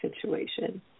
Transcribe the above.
situation